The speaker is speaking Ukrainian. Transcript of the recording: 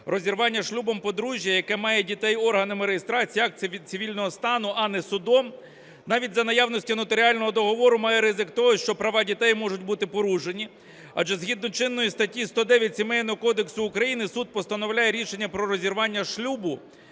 розірвання шлюбу подружжям, яке має дітей, органами реєстрації актів цивільного стану, а не судом, навіть за наявності нотаріального договору, має ризик того, що права дітей можуть бути порушені. Адже згідно чинної статті 109 Сімейного кодексу України суд постановляє рішення про розірвання шлюбу,